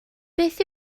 beth